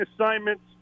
assignments